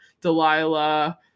delilah